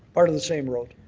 part of the same road.